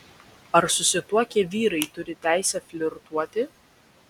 ar susituokę vyrai turi teisę flirtuoti